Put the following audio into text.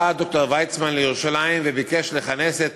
בא ד"ר ויצמן לירושלים וביקש לכנס את